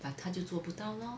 but 她就做不到 lor